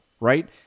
right